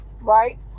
Right